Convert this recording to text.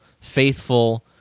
faithful